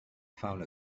found